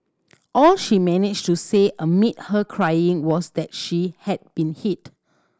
all she managed to say amid her crying was that she had been hit